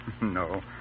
No